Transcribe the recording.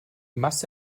masse